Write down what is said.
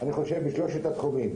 בשלושת התחומים